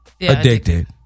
Addicted